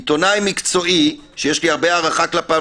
עיתונאי מקצועי שיש לי הרבה הערכה כלפיו